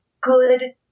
good